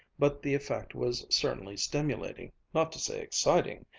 but the effect was certainly stimulating, not to say exciting,